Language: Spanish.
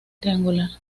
triangular